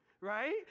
right